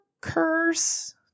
curse